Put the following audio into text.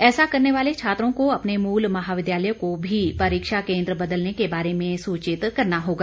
ऐसा करने वाले छात्रों को अपने मूल महाविद्यालय को भी परीक्षा केन्द्र बदलने के बारे में सूचित करना होगा